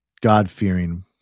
God-fearing